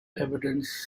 evidence